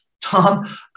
Tom